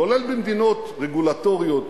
כולל במדינות רגולטוריות,